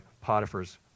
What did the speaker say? Potiphar's